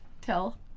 tell